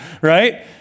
right